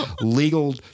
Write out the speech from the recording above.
Legal